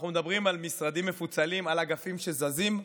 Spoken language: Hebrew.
אנחנו מדברים על משרדים מפוצלים, על אגפים שזזים.